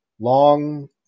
Long